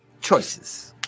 choices